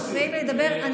מפריעים לי לדבר.